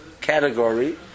category